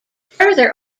further